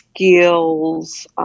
skills